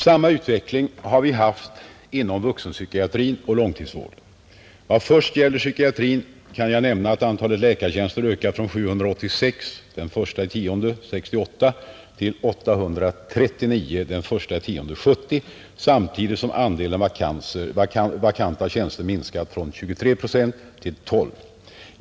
Samma utveckling har vi haft inom vuxenpsykiatrin och långtidsvården. Vad först gäller psykiatrin kan jag nämna att antalet läkartjänster ökat från 786 den 1 oktober 1968 till 839 den 1 oktober 1970 samtidigt som andelen vakanta tjänster minskat från 23 procent till 12 procent.